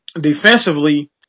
defensively